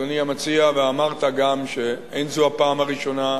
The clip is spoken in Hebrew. אדוני המציע, ואמרת גם שאין זו הפעם הראשונה,